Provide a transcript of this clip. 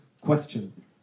question